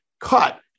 cut